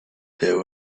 there